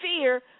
fear